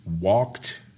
walked